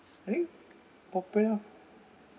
mm popular